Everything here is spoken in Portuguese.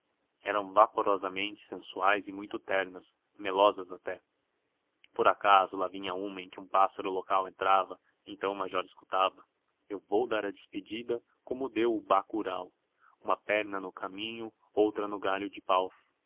roceiras eram vaporosamente sensuais e muito ternas melosas até por acaso lá vinha uma em que um pássaro local entrava então o major escutava eu vou dar a despedida como deu o bacurau uma perna no caminho outra no galho de pau